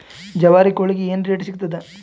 ಜವಾರಿ ಕೋಳಿಗಿ ಏನ್ ರೇಟ್ ಸಿಗ್ತದ?